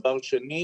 כל יום.